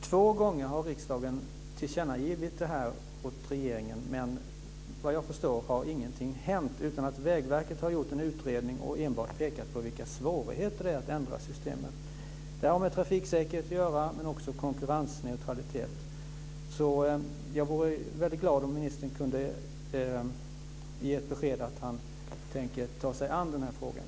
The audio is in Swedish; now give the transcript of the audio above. Två gånger har riksdagen tillkännagivit regeringen detta, men såvitt jag förstår har ingenting hänt. Vägverket har gjort en utredning men har enbart pekat på vilka svårigheter som finns att ändra systemet. Detta har med trafiksäkerhet men också med konkurrensneutralitet att göra. Jag vore väldigt glad om ministern kunde ge ett besked om att han tänker ta sig an de här frågorna.